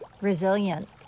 resilient